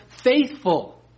faithful